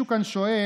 קודם כול,